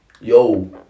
Yo